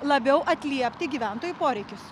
labiau atliepti gyventojų poreikius